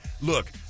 Look